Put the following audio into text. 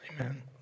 Amen